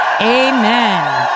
Amen